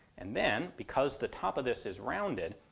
and then because the top of this is rounded,